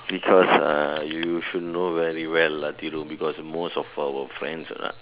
because uh you should know very well lah Thiru because most of our friends uh